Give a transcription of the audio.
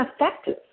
effective